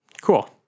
cool